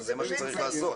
שזה מה שצריך לעשות.